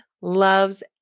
loves